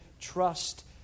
Trust